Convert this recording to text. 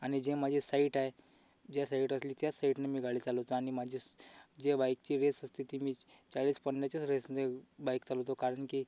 आणि जे माझे साईट आहे ज्या साईट असली त्याच साईटनं मी गाळी चालवतो आणि माझे जे वाईकची रेस असते ती मी चाळीस पन्नासच्या रेसने बाईक चालवतो कारण की